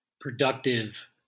productive